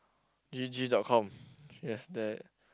G_G dot com yes that